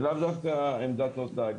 ולאו דווקא עמדת רט"ג,